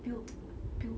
built built